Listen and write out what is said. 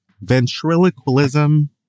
ventriloquism